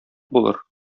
булыр